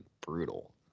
brutal